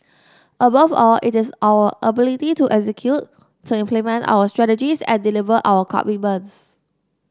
above all it is our ability to execute to implement our strategies and deliver our commitments